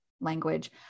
language